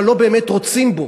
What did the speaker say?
אבל לא באמת רוצים בו.